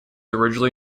originally